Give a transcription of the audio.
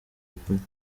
polly